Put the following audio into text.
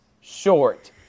short